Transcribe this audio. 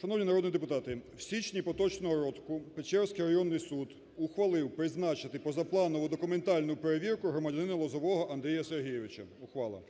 Шановні народні депутати, в січні поточного року Печерський районний суд ухвалив призначити позапланову документальну перевірку громадянина Лозового Андрія Сергійовича (ухвала)